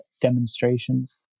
demonstrations